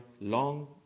long